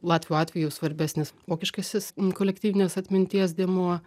latvių atveju svarbesnis vokiškasis kolektyvinės atminties dėmuo